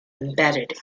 embedded